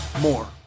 more